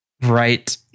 Right